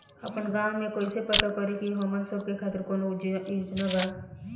आपन गाँव म कइसे पता करि की हमन सब के खातिर कौनो योजना बा का?